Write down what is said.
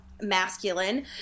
masculine